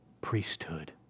priesthood